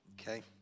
Okay